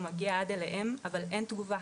הוא מגיע עד אליהם אבל אין תגובה,